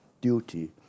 duty